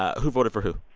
ah who voted for who?